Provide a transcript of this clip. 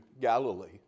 Galilee